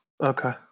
Okay